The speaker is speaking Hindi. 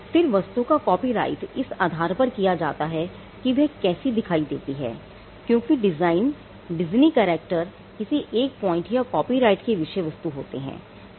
फिर वस्तु का कॉपीराइट इस आधार पर किया जाता है कि वह कैसी दिखाई देती है क्योंकि ज्यादातर डिजनी कैरक्टर्स किसी एक पॉइंट पर कॉपीराइट के विषय वस्तु होते हैं